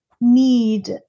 need